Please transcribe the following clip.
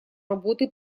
работы